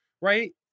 right